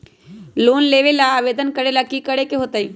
Loan लेबे ला आवेदन करे ला कि करे के होतइ?